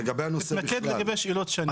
תתמקד לגבי השאלות שלנו.